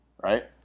right